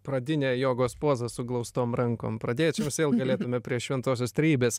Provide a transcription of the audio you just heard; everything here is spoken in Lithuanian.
pradinė jogos poza suglaustom rankom pradėti mes vėl galėtume prie šventosios trejybės